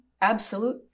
absolute